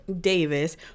Davis